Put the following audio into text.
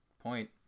point